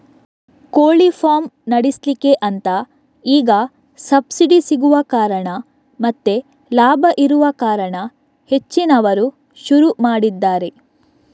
ಕೋಳಿ ಫಾರ್ಮ್ ನಡೆಸ್ಲಿಕ್ಕೆ ಅಂತ ಈಗ ಸಬ್ಸಿಡಿ ಸಿಗುವ ಕಾರಣ ಮತ್ತೆ ಲಾಭ ಇರುವ ಕಾರಣ ಹೆಚ್ಚಿನವರು ಶುರು ಮಾಡಿದ್ದಾರೆ